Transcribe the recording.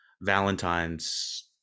Valentine's